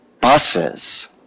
buses